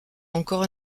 encore